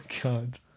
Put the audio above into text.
God